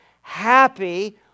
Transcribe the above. happy